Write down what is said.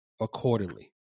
accordingly